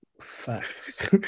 Facts